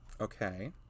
Okay